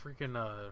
freaking